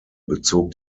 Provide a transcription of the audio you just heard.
bezog